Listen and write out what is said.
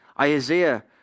Isaiah